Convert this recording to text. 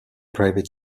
private